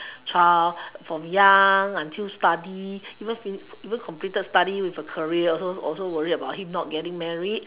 child from young until study and even completed study with a career about him not getting married